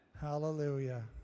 Hallelujah